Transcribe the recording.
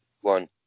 One